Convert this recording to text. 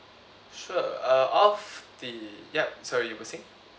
sure uh off the yup sorry you were saying